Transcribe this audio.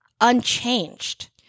unchanged